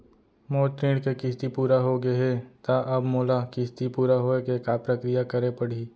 मोर ऋण के किस्ती पूरा होगे हे ता अब मोला किस्ती पूरा होए के का प्रक्रिया करे पड़ही?